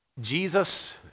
Jesus